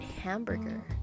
hamburger